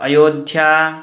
Ayodhya